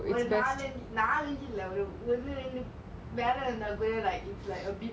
um நாள் அஞ்சி நாலு அஞ்சி இல்ல ஒன்னு ரெண்டு வெல்ல இருந்த கூட:naal anji naalu anji illa onu rendu vella iruntha kuda like it's a bit more